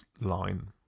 line